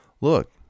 Look